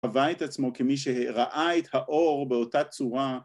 ‫קבע את עצמו כמי שראה את האור ‫באותה צורה.